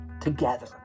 together